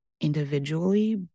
individually